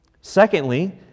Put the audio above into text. Secondly